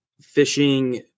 fishing